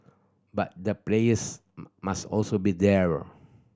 but the players must also be there